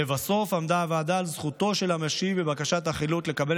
לבסוף עמדה הוועדה על זכותו של המשיב בבקשת החילוט לקבל